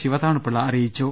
ശിവതാണുപിള്ള അറിയിച്ചു